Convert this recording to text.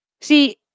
See